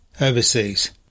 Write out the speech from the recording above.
Overseas